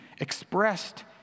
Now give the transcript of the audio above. Expressed